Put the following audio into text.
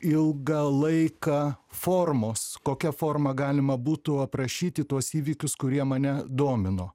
ilgą laiką formos kokia forma galima būtų aprašyti tuos įvykius kurie mane domino